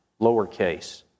lowercase